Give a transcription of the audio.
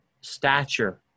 stature